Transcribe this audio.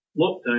lockdown